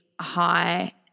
high